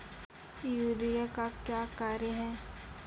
Urea का क्या कार्य हैं?